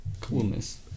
Coolness